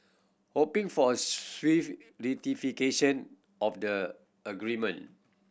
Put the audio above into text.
hoping for a swift ratification of the agreement